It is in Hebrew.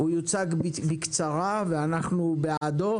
הוא יוצג בקצרה ואנחנו בעדו.